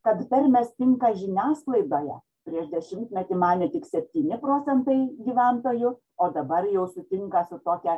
kad tarmės tinka žiniasklaidoje prieš dešimtmetį manė tik septyni procentai gyventojų o dabar jau sutinka su tokia